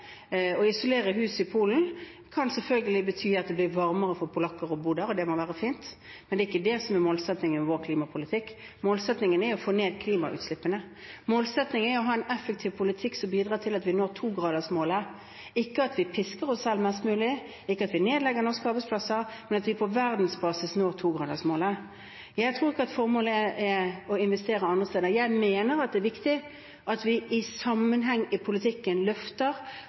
Å isolere hus i Polen kan selvfølgelig bety at det blir varmere for polakker å bo der, og det må være fint, men det er ikke det som er målsettingen med vår klimapolitikk. Målsettingen er å få ned klimagassutslippene. Målsettingen er å ha en effektiv politikk som bidrar til at vi når 2-gradersmålet, ikke at vi pisker oss selv mest mulig, ikke at vi nedlegger norske arbeidsplasser, men at vi på verdensbasis når 2-gradersmålet. Jeg tror ikke at formålet er å investere andre steder. Jeg mener at det er viktig at vi i sammenheng i politikken løfter